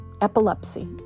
epilepsy